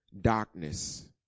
darkness